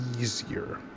easier